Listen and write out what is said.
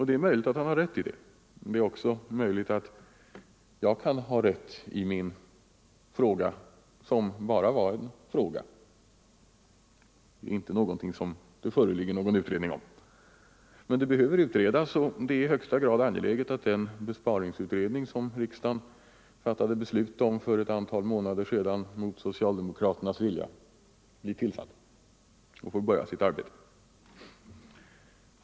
Det är möjligt att han har rätt i det, men det är också möjligt att jag har rätt i min förmodan, som bara är en förmodan, inte något som det föreligger någon utredning om. Men detta behöver utredas, och det är i högsta grad angeläget att den sparutredning som riksdagen fattat beslut om för ett antal månader sedan mot socialdemokraternas vilja, blir tillsatt och får börja sitt arbete.